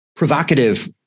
Provocative